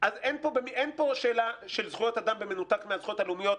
אין פה שאלה של זכויות אדם במנותק מהזכויות הלאומיות.